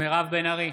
מירב בן ארי,